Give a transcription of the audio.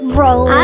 roll